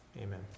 Amen